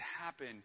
happen